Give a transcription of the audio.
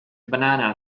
banana